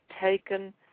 taken